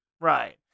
Right